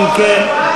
אם כן,